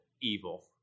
evil